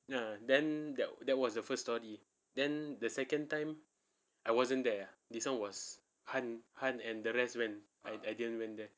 ya then that that was the first story then the second time I wasn't there ah this [one] was han han and the rest went I I didn't went there